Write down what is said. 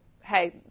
hey